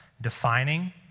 Defining